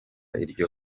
iryo